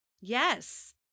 Yes